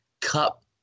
Cup